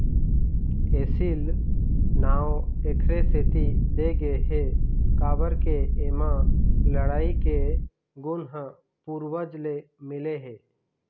एसील नांव एखरे सेती दे गे हे काबर के एमा लड़ई के गुन ह पूरवज ले मिले हे